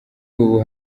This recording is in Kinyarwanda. ubu